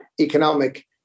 economic